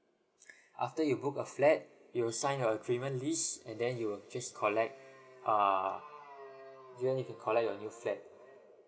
after you book a flat you will sign a agreement list and then you will just collect err you'll need to collect your new flat